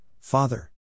Father